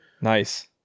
Nice